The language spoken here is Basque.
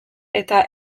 eta